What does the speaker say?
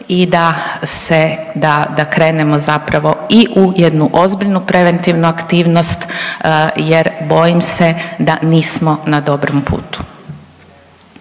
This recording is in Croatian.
i da krenemo zapravo i u jednu ozbiljnu preventivnu aktivnost jer bojim se da nismo na dobrom putu.